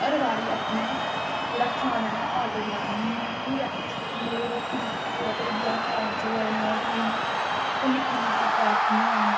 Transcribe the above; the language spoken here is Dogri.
हर बारी अपना जेहड़ा खाना ऐ आर्डर ै करान्ने होन्ने ठीक ऐ इयां मतलब रुट्टी शुट्टी होऐ कोई बी इयां कोई निक्की मोटी पार्टियां होन